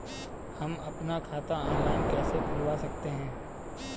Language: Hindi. हम अपना खाता ऑनलाइन कैसे खुलवा सकते हैं?